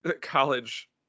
college